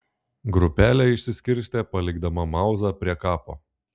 grupelė išsiskirstė palikdama mauzą prie kapo